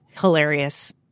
hilarious